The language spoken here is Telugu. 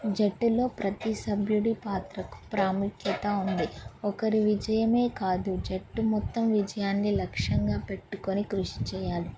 జట్టులో ప్రతి సభ్యుడి పాత్రకు ప్రాముఖ్యత ఉంది ఒకరు విజయమే కాదు జట్టు మొత్తం విజయాన్ని లక్ష్యంగా పెట్టుకొని కృషి చేయాలి